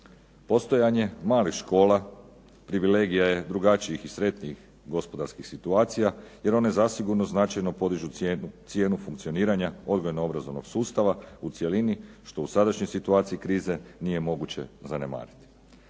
Postojanje malih škola privilegija je drugačijih i sretnijih gospodarskih situacija, jer one zasigurno značajno podižu cijenu funkcioniranja odgojno-obrazovnog sustava u cjelini što u sadašnjoj situaciji krize nije moguće zanemariti.